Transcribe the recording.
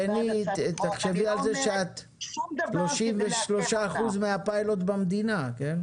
תחשבי על כך שאת מהווה 33 אחוזים מהפיילוט במדינה.